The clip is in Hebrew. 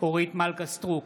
אורית מלכה סטרוק,